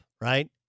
right